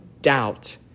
doubt